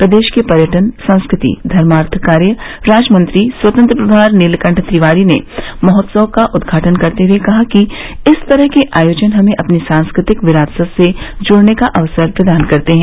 प्रदेश के पर्यटन संस्कृति धर्मार्थ कार्य राज्य मंत्री स्वतंत्र प्रमार नीलकंठ तिवारी ने महोत्सव का उद्घाटन करते हुए कहा कि इस तरह के आयोजन हमें अपनी सांस्कृतिक विरासत से जुड़ने का अवसर प्रदान करते हैं